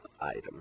item